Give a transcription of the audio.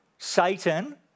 Satan